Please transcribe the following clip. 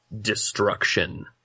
destruction